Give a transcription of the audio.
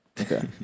Okay